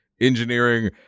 engineering